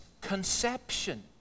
conception